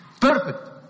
perfect